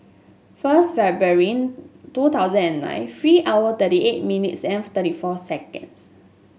first February two thousand and nine three hour thirty eight minutes and thirty four seconds